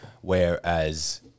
Whereas